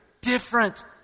different